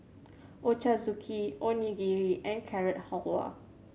Ochazuke Onigiri and Carrot Halwa